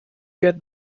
get